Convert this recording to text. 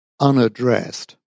unaddressed